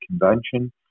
convention